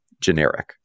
generic